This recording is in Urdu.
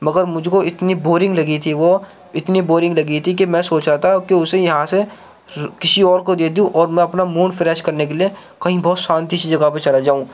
مگر مجھ کو اتنی بورنگ لگی تھی وہ اتنی بورنگ لگی تھی کہ میں سوچا تھا کہ اسے یہاں سے کسی اور کو دے دوں اور میں اپنا موڈ فریش کرنے کے لیے کہیں بہت شانتی سی جگہ پہ چلا جاؤں